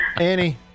Annie